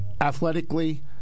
athletically